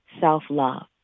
self-love